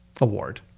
award